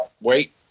wait